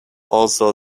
also